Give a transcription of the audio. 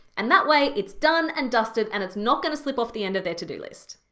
and that way it's done and dusted and it's not gonna slip off the end of their to-do list.